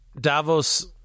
Davos